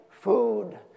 food